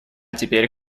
теперь